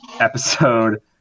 episode